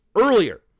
earlier